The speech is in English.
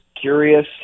curious